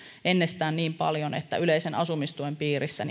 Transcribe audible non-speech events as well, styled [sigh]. ennestään paljon se vaikuttaa yleisen asumistuen piirissä [unintelligible]